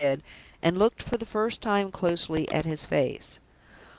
and looked for the first time closely at his face.